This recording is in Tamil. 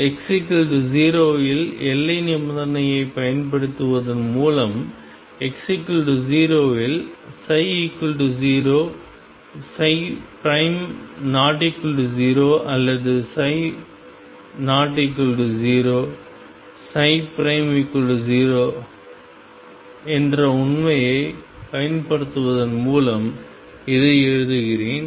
x0 இல் எல்லை நிபந்தனையைப் பயன்படுத்துவதன் மூலம் x0 இல் ψ 0 ≠0 அல்லது ψ≠0 0 என்ற உண்மையைப் பயன்படுத்துவதன் மூலம் இதை எழுதுகிறேன்